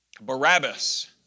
Barabbas